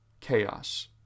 chaos